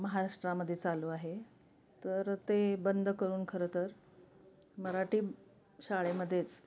महाराष्ट्रामध्ये चालू आहे तर ते बंद करून खरं तर मराठी शाळेमध्येच